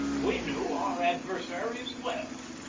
we knew our adversaries well.